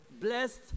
blessed